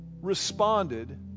responded